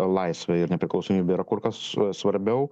laisvę ir nepriklausomybę yra kur kas svarbiau